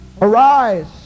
Arise